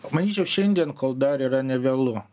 manyčiau šiandien kol dar yra nevėlu